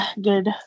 good